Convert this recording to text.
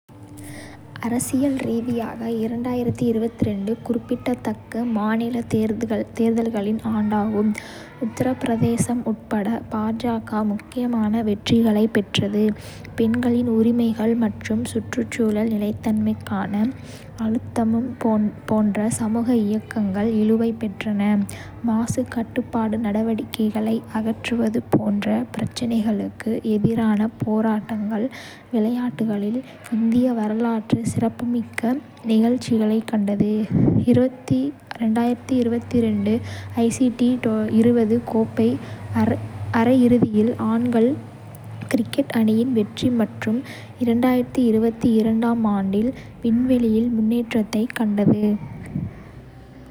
அரசியல் ரீதியாக, குறிப்பிடத்தக்க மாநிலத் தேர்தல்களின் ஆண்டாகும், உத்தரப் பிரதேசம் உட்பட பாஜக முக்கியமான வெற்றிகளைப் பெற்றது. பெண்களின் உரிமைகள் மற்றும் சுற்றுச்சூழல் நிலைத்தன்மைக்கான அழுத்தம் போன்ற சமூக இயக்கங்கள் இழுவைப் பெற்றன, மாசுக் கட்டுப்பாட்டு நடவடிக்கைகளை அகற்றுவது போன்ற பிரச்சினைகளுக்கு எதிரான போராட்டங்கள். விளையாட்டுகளில், இந்தியா வரலாற்றுச் சிறப்புமிக்க நிகழ்ச்சிகளைக் கண்டது ஐசிசி டி20 உலகக் கோப்பை அரையிறுதியில் ஆண்கள் கிரிக்கெட் அணியின் வெற்றி மற்றும் 2022ம் ஆண்டில், விண்வெளியில் முன்னேற்றத்தைக் கண்டது.